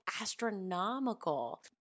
astronomical